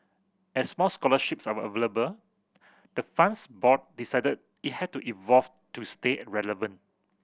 as more scholarships are available the fund's board decided it had to evolve to stay relevant